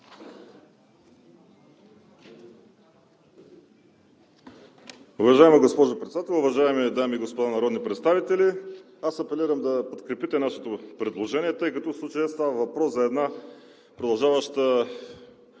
Уважаема госпожо Председател, уважаеми дами и господа народни представители! Аз апелирам да подкрепите нашето предложение, тъй като в случая става въпрос за една продължаваща